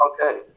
okay